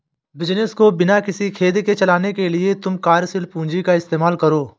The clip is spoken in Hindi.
बिज़नस को बिना किसी खेद के चलाने के लिए तुम कार्यशील पूंजी का इस्तेमाल करो